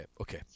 okay